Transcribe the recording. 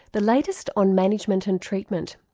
the latest on management and treatment.